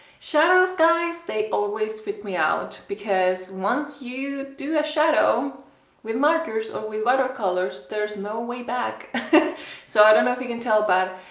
shadows guys, they always freak me out because once you do a shadow with markers, or with watercolors. there's no way back so i don't know if you can tell but ah,